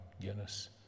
Guinness